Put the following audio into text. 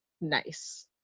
nice